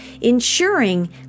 ensuring